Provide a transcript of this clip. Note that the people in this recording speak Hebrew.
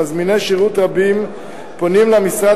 מזמיני שירות רבים פונים אל המשרד